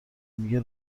میگه